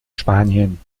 spanien